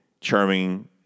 charming